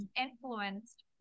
influenced